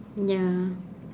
ya